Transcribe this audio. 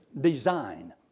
design